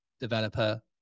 developer